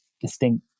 distinct